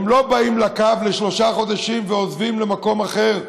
הם לא באים לקו לשלושה חודשים ועוזבים למוקם אחר,